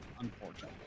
unfortunately